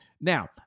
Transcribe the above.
Now